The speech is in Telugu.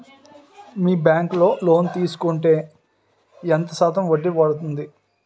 మీ బ్యాంక్ లో లోన్ తీసుకుంటే ఎంత శాతం వడ్డీ పడ్తుంది?